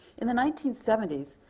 in the nineteen seventy s,